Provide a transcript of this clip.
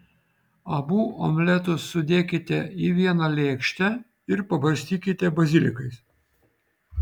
abu omletus sudėkite į vieną lėkštę ir pabarstykite bazilikais